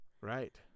Right